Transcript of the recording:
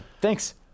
Thanks